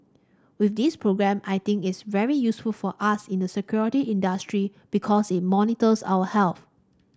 with this programme I think it's very useful for us in the security industry because it monitors our health